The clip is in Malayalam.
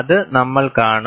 അത് നമ്മൾ കാണും